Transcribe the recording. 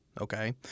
Okay